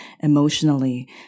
emotionally